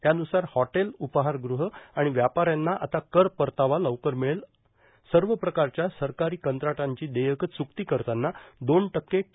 त्यानुसार हॉटेल उपाहारगृह आणि व्यापाऱ्यांना आता कर परतावा लवकर मिळेल सर्व प्रकारच्या सरकारी कंत्राटांची देयकं च्रुकती करताना दोन टक्के टी